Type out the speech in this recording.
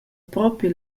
propi